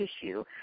tissue